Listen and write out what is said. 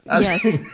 Yes